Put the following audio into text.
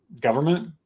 government